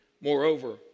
Moreover